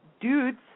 Dudes